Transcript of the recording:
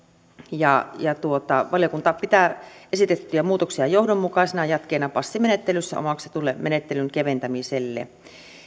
ja ja valiokunta pitää esitettyjä muutoksia johdonmukaisena jatkeena passimenettelyssä omaksutulle menettelyn keventämiselle